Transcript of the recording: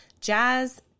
jazz